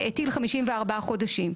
והטיל 54 חודשים.